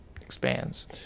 expands